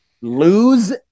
lose